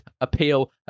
appeal